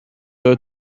her